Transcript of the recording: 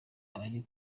ari